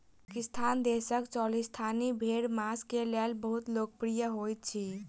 पाकिस्तान देशक चोलिस्तानी भेड़ मांस के लेल बहुत लोकप्रिय होइत अछि